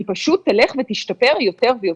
היא פשוט תלך ותשתפר יותר ויותר.